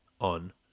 on